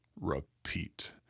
repeat